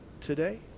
today